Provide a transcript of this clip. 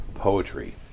Poetry